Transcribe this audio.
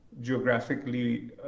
geographically